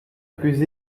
plus